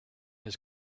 his